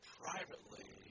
privately